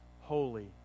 holy